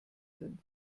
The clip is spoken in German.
sind